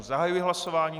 Zahajuji hlasování.